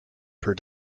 per